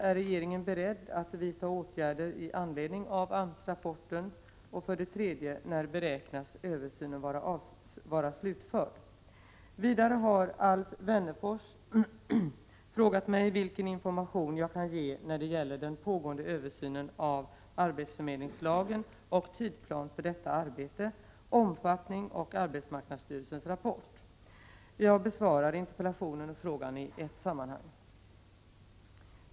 Ärregeringen beredd att vidta åtgärder i anledning av AMS-rapporten? Vidare har Alf Wennerfors frågat mig vilken information jag kan ge när det gäller den pågående översynen av arbetsförmedlingslagen vad gäller tidplan för detta arbete, dess omfattning och arbetsmarknadsstyrelsens rapport. Jag besvarar interpellationen och frågan i ett sammanhang.